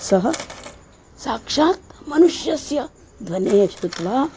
सः साक्षात् मनुष्यस्य ध्वनिं श्रुत्वा